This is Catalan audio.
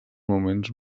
moments